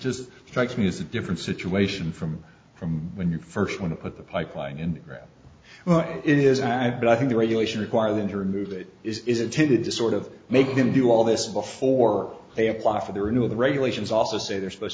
just strikes me as a different situation from from when you first want to put the pipeline in well it is i but i think the regulations require them to remove that is intended to sort of make them do all this before they apply for the renewal the regulations also say they're supposed